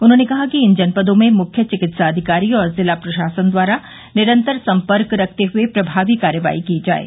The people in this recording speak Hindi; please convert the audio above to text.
उन्होंने कहा कि इन जनपदों में मुख्य चिकित्साधिकारी और जिला प्रशासन द्वारा निरन्तर सम्पर्क रखते हुए प्रमावी कार्रवाई की जाये